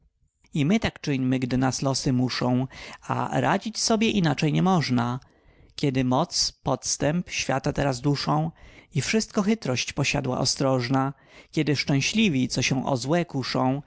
oszukał i my tak czyńmy gdy nas losy muszą a radzić sobie inaczej nie można kiedy moc podstęp świata teraz duszą i wszystko chytrość posiadła ostrożna kiedy szczęśliwi co się o złe kuszą